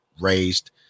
raised